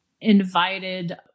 invited